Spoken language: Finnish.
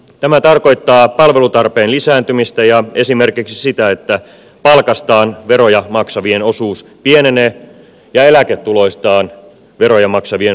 tämä tarkoittaa palvelutarpeen lisääntymistä ja esimerkiksi sitä että palkastaan veroja maksavien osuus pienenee ja eläketuloistaan veroja maksavien osuus lisääntyy